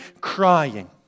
crying